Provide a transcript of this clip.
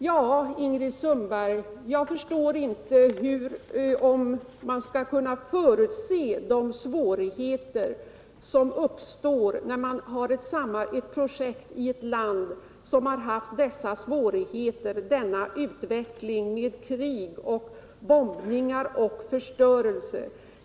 Ja, Ingrid Sundberg, jag förstår inte hur man skall kunna förutse de svårigheter som uppstår i samband med ett projekt i ett land som har haft denna utveckling med krig, bombningar och förstörelse.